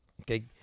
Okay